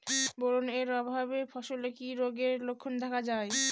Boron এর অভাবে ফসলে কি রোগের লক্ষণ দেখা যায়?